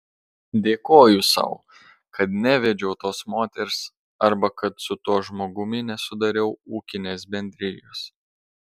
dėkoju sau kad nevedžiau tos moters arba kad su tuo žmogumi nesudariau ūkinės bendrijos